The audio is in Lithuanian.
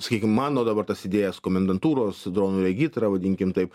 sakykim mano dabar tas idėjas komendantūros dronų regitrą vadinkim taip